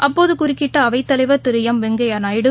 அப்போது குறுக்கிட்ட அவைத்தலைவர் திரு எம் வெங்கையா நாயுடு